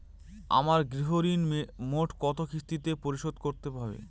আমার গৃহঋণ মোট কত কিস্তিতে পরিশোধ করতে হবে?